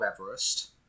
Everest